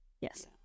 Yes